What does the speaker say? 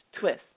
twist